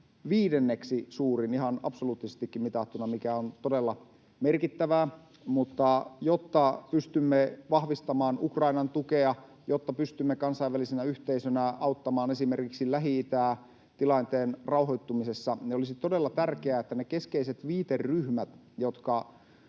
viidenneksi suurin ihan absoluuttisestikin mitattuna, mikä on todella merkittävää, mutta jotta pystymme vahvistamaan Ukrainan tukea ja jotta pystymme kansainvälisenä yhteisönä auttamaan esimerkiksi Lähi-itää tilanteen rauhoittumisessa, olisivat todella tärkeitä ne keskeiset viiteryhmät